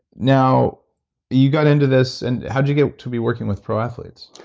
now you got into this, and how did you get to be working with pro athletes?